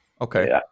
okay